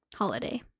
holiday